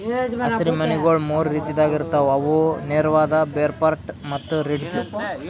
ಹಸಿರು ಮನಿಗೊಳ್ ಮೂರು ರೀತಿದಾಗ್ ಇರ್ತಾವ್ ಅವು ನೇರವಾದ, ಬೇರ್ಪಟ್ಟ ಮತ್ತ ರಿಡ್ಜ್